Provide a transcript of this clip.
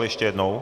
Ještě jednou.